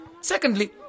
Secondly